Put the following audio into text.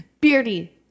Beardy